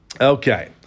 Okay